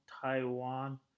Taiwan